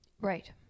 Right